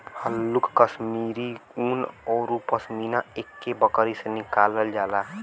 हल्लुक कश्मीरी उन औरु पसमिना एक्के बकरी से निकालल जाला